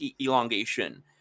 elongation